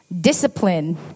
discipline